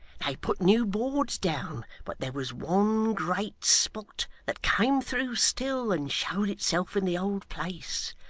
they put new boards down, but there was one great spot that came through still, and showed itself in the old place.